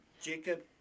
Jacob